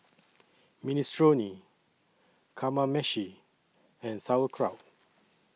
Minestrone Kamameshi and Sauerkraut